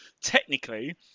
technically